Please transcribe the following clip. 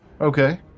Okay